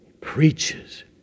preaches